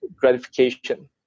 gratification